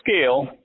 scale